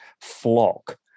flock